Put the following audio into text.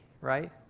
right